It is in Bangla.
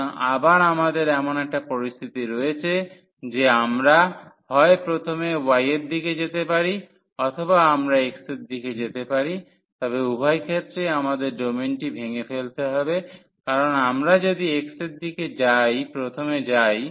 সুতরাং আবার আমাদের এমন একটা পরিস্থিতি রয়েছে যে আমরা হয় প্রথমে y এর দিকে যেতে পারি অথবা আমরা x এর দিকে যেতে পারি তবে উভয় ক্ষেত্রেই আমাদের ডোমেনটি ভেঙে ফেলতে হবে কারণ আমরা যদি x এর দিকে প্রথম যাই